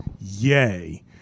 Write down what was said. Yay